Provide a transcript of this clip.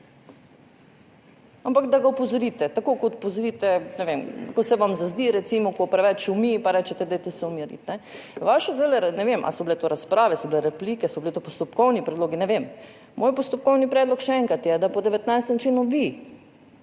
tako, kot opozorite, ne vem, ko se vam zazdi, recimo, ko preveč šumi, pa rečete, dajte se umiriti. Vašo, zdaj ne vem, ali so bile to razprave, so bile replike, so bili to postopkovni predlogi, ne vem. Moj postopkovni predlog še enkrat je, da po 19. členu, vi,